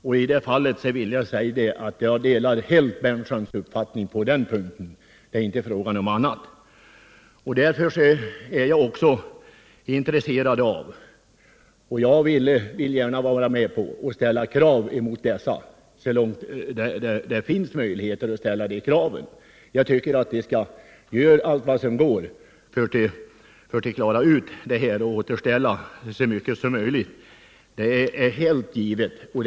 Jag vill framhålla att jag helt delar herr Berndtsons uppfattning på den punkten — det är inte fråga om annat. Därför vill jag också gärna vara med om att ställa krav mot dessa bolag så långt det finns praktiska möjligheter att ställa de kraven. Jag tycker att vi skall göra allt som går att göra för att återställa så mycket som möjligt av natur m.m. liksom sysselsättning.